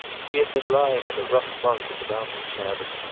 he had been lying in a rough bunk in the mountain cabin,